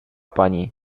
pani